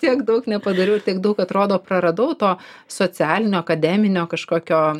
tiek daug nepadoriau ir tiek daug atrodo praradau to socialinio akademinio kažkokio